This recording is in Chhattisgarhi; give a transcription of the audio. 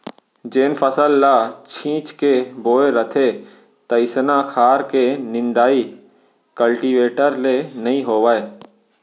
जेन फसल ल छीच के बोए रथें तइसना खार के निंदाइ कल्टीवेटर ले नइ होवय